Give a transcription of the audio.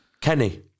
Kenny